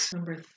Number